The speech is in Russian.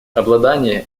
обладание